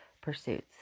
pursuits